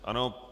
Ano.